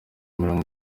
mirongo